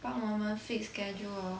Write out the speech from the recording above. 帮我们 fix schedule hor